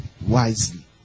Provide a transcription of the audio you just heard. wisely